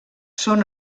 són